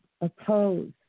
oppose